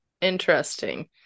interesting